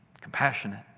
compassionate